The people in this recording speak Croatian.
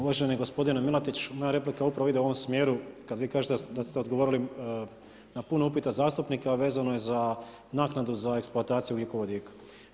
Uvaženi gospodine Miletić, moja replika upravo ide u ovom smjeru kad vi kažete da ste odgovorili na puno upita zastupnika vezano je za naknadu za eksploataciju ugljikovodika.